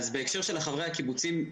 בהקשר של חברי הקיבוצים,